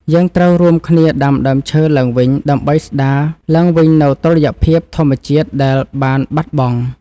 យើងត្រូវរួមគ្នាដាំដើមឈើឡើងវិញដើម្បីស្តារឡើងវិញនូវតុល្យភាពធម្មជាតិដែលបានបាត់បង់។